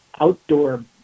outdoor